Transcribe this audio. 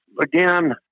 again